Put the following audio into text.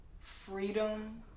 freedom